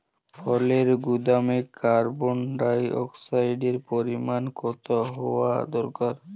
ফলের গুদামে কার্বন ডাই অক্সাইডের পরিমাণ কত হওয়া দরকার?